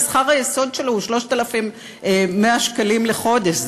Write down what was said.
ושכר היסוד שלו הוא 3,100 שקלים לחודש.